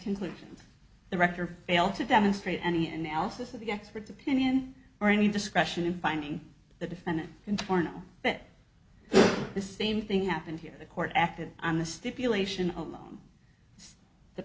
conclusions the rector failed to demonstrate any analysis of the expert's opinion or any discretion in finding the defendant and more know that the same thing happened here the court acted on the stipulation of the